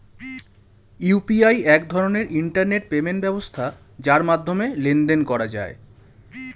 UPI এক ধরনের internet payment ব্যবস্থা যার মাধ্যমে লেনদেন করা যায়